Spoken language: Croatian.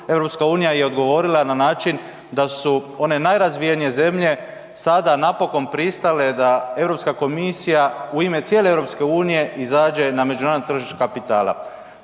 EU je odgovorila na način da su one najrazvijenije zemlje sada napokon pristale da EU komisija u ime cijele EU izađe na međunarodno tržište kapitala.